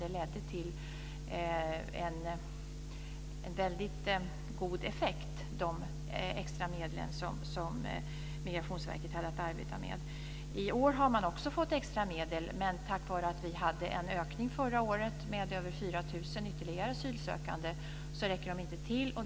De extra medel som Migrationsverket hade att arbeta med fick väldigt god effekt. I år har man också fått extra medel, men på grund av att vi hade en ökning förra året med över 4 000 ytterligare asylsökande räcker de inte till.